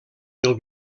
del